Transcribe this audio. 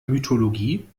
mythologie